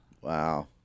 Wow